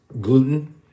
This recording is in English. gluten